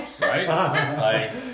right